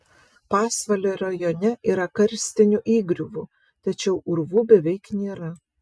pasvalio rajone yra karstinių įgriuvų tačiau urvų beveik nėra